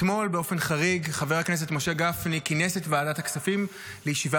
אתמול באופן חריג חבר הכנסת משה גפני כינס את ועדת הכספים לישיבה